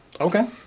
Okay